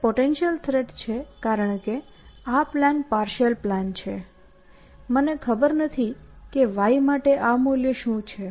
તે potential threat છે કારણ કે આ પ્લાન પાર્શિઅલ પ્લાન છે મને ખબર નથી કે y માટે આ મૂલ્ય શું છે